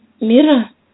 Mira